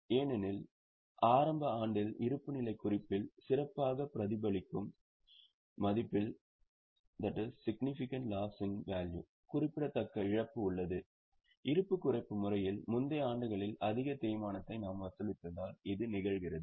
ஏனெனில் ஆரம்ப ஆண்டில் இருப்புநிலைக் குறிப்பில் சிறப்பாகப் பிரதிபலிக்கும் மதிப்பில் குறிப்பிடத்தக்க இழப்பு உள்ளது இருப்பு குறைப்பு முறையில் முந்தைய ஆண்டுகளில் அதிக தேய்மானத்தை நாம் வசூலித்தால் இது நிகழ்கிறது